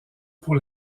pour